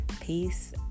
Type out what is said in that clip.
peace